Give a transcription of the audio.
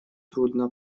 трудно